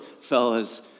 fellas